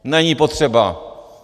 Není potřeba.